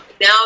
now